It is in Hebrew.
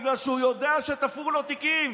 בגלל שהוא יודע שתפרו לו תיקים.